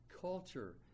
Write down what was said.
culture